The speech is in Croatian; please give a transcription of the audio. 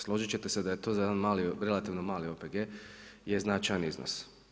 Složit ćete se da je to za jedan mali relativno mali OPG-e je značajan iznos.